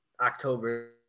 October